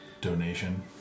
donation